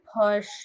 push